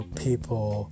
people